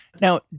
Now